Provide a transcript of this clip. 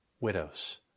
Widows